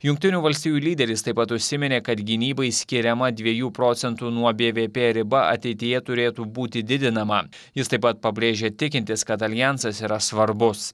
jungtinių valstijų lyderis taip pat užsiminė kad gynybai skiriama dviejų procentų nuo bvp riba ateityje turėtų būti didinama jis taip pat pabrėžė tikintis kad aljansas yra svarbus